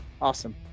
Awesome